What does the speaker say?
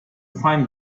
find